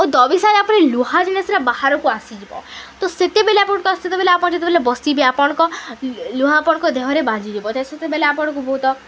ଓ ଦବି ସାରିଲା ପରେ ଲୁହା ଜିନିଷରେ ବାହାରକୁ ଆସିଯିବ ତ ସେତେବେଳେ ଆପଣ ସେତେବେଳେ ଆପଣ ଯେତେବେଳେ ବସିବେ ଆପଣଙ୍କ ଲୁହା ଆପଣଙ୍କ ଦେହରେ ବାଜିିଯିବ ତ ସେତେବେଳେ ଆପଣଙ୍କୁ ବହୁତ